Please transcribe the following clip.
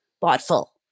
thoughtful